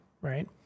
right